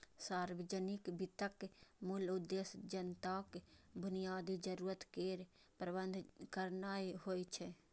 सार्वजनिक वित्तक मूल उद्देश्य जनताक बुनियादी जरूरत केर प्रबंध करनाय होइ छै